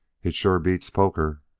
it sure beats poker,